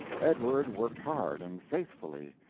edward worked hard and faithfully,